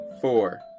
four